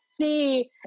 see